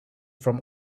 from